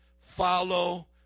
follow